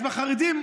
אז לחרדים,